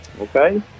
Okay